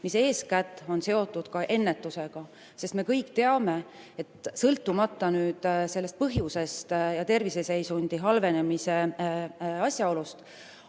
mis eeskätt on seotud ka ennetusega, sest me kõik teame, et sõltumata sellest põhjusest ja terviseseisundi halvenemisest,